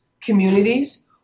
communities